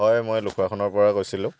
হয় মই লুকুৰাখনৰ পৰা কৈছিলো